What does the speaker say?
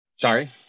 sorry